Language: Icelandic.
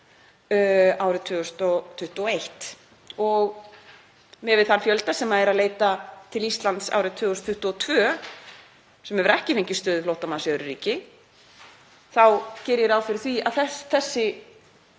árið 2021. Miðað við þann fjölda sem leitar til Íslands árið 2022, sem hefur ekki fengið stöðu flóttamanns í öðru ríki, þá geri ég ráð fyrir því að þessi